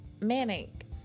manic